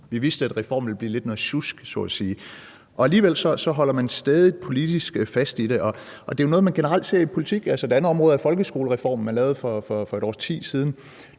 at sige, at reformen lidt ville blive noget sjusk, og alligevel holder man stædigt politisk fast i det, og det er jo noget, som generelt ses i politik. Altså, et andet område er folkeskolereformen, som man lavede for et årti siden,